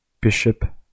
bishop